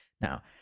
Now